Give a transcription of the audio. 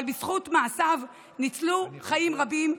אבל בזכות מעשיו ניצלו חיים רבים.